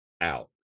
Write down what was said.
out